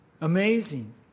Amazing